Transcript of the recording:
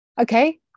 Okay